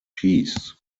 peace